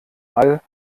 all